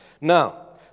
Now